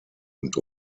und